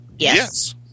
Yes